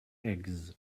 eggs